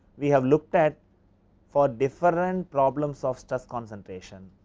we have looked at for different problems of stress concentration,